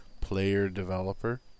player-developer